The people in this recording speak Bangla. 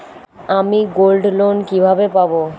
আমি গোল্ডলোন কিভাবে পাব?